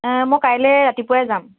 মই কাইলৈ ৰাতিপুৱাই যাম